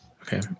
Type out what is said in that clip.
okay